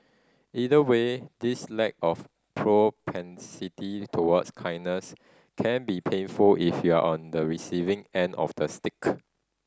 either way this lack of propensity towards kindness can be painful if you're on the receiving end of the stick